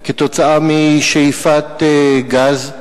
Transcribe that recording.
כתוצאה משאיפת גז.